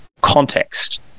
context